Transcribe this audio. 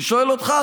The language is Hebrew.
אני שואל אותך,